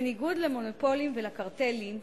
בניגוד למונופולים ולקרטלים,